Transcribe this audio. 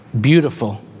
beautiful